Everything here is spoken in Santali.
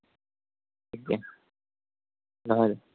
ᱫᱚᱦᱚᱭᱫᱟᱹᱧ